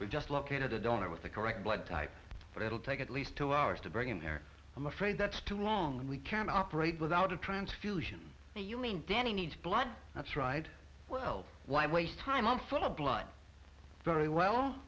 we just located a donor with the correct blood type but it'll take at least two hours to bring him there i'm afraid that's too long we can operate without a transfusion so you mean danny needs blood that's right well why waste time on foot a blunt very well